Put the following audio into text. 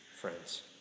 Friends